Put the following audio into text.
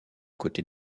côté